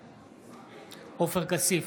בעד עופר כסיף,